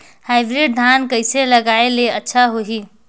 Hybrid धान कइसे लगाय ले अच्छा होही?